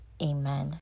amen